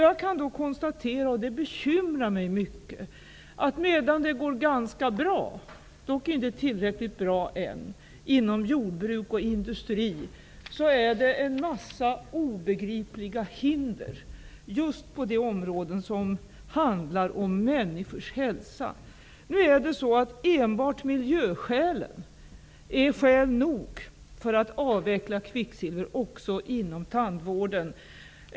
Jag kan konstatera att det finns en massa obegripliga hinder just på de områden som handlar om människors hälsa, medan det går ganska bra inom jordbruk och industri, dock ännu inte tillräckligt bra. Detta bekymrar mig mycket. Enbart miljöskälen är skäl nog för att avveckla användningen av kvicksilver också inom tandvården.